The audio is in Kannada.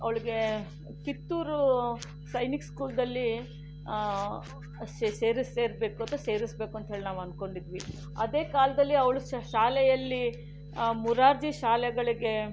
ಅವಳಿಗೆ ಕಿತ್ತೂರು ಸೈನಿಕ್ ಸ್ಕೂಲ್ದಲ್ಲಿ ಸೇರೇ ಸೇರಬೇಕು ಅಂತ ಸೇರಿಸಬೇಕು ಅಂತ ಹೇಳಿ ನಾವು ಅಂದ್ಕೊಂಡಿದ್ವಿ ಅದೇ ಕಾಲದಲ್ಲಿ ಅವಳ ಶಾಲೆಯಲ್ಲಿ ಮೊರಾರ್ಜಿ ಶಾಲೆಗಳಿಗೆ